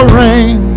rain